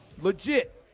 legit